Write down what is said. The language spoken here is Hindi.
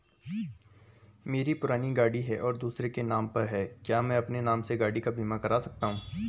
मेरी पुरानी गाड़ी है और दूसरे के नाम पर है क्या मैं अपने नाम से गाड़ी का बीमा कर सकता हूँ?